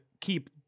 keep